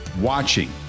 watching